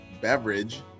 beverage